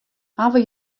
hawwe